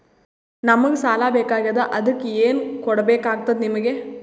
ನಮಗ ಸಾಲ ಬೇಕಾಗ್ಯದ ಅದಕ್ಕ ಏನು ಕೊಡಬೇಕಾಗ್ತದ ನಿಮಗೆ?